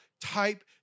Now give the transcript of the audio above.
type